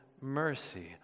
mercy